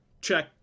check